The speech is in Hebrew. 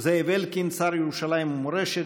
זאב אלקין, שר לירושלים ומורשת,